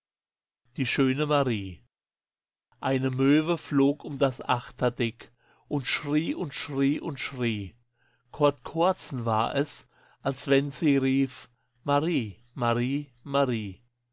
die schöne marie eine möwe flog um das achterdeck und schrie und schrie und schrie kord kordsen war es als wenn sie rief marie marie marie